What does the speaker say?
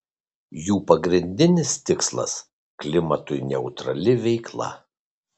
jų pagrindinis tikslas klimatui neutrali veikla